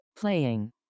Playing